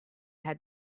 had